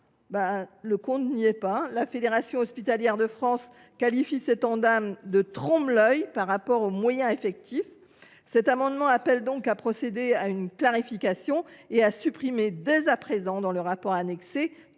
le compte n’y est pas. La Fédération hospitalière de France qualifie cet Ondam de trompe l’œil par rapport aux moyens effectifs. Par cet amendement, nous appelons à procéder à une clarification et à supprimer dès à présent, dans le rapport annexé,